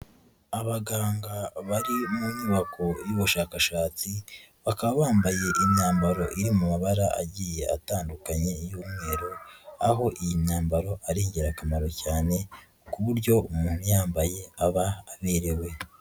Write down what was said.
Abaganga bari mu nyubako y'ubushakashatsi, bakaba bambaye imyambaro iri mu mabara agiye atandukanye y'umweru, aho iyi myambaro ari ingirakamaro cyane, ku buryo umuntu uyambaye ababerewe.